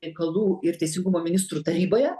reikalų ir teisingumo ministrų taryboje